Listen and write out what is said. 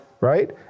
right